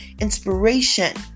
inspiration